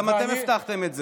גם אתם הבטחתם את זה.